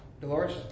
Dolores